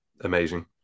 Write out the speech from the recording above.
amazing